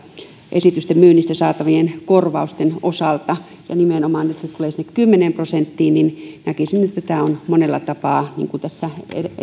esitysten myynnistä saatavien korvausten osalta ja kun se tulee nimenomaan sinne kymmeneen prosenttiin niin näkisin että tämä on monella tapaa niin kuin tässä